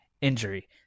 injury